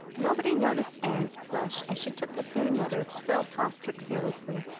nobody noticed anne's flush as she took the thin letter phil tossed her carelessly.